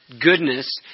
goodness